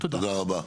תודה רבה.